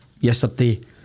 Yesterday